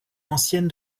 anciennes